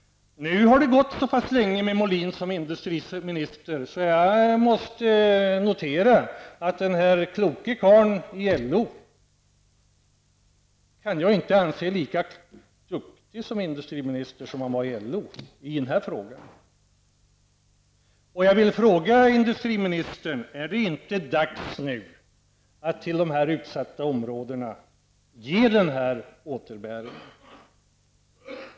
Nu har det gått så pass lång tid med Molin som industriminister att jag måste konstatera att denne kloke karl i LO tyvärr inte kan anses lika duktig som industriminister som han var i LO -- åtminstone inte i den här frågan. Jag vill fråga industriministern: Är det inte dags nu att till dessa utsatta områden ge denna återbäring?